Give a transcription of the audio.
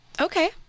Okay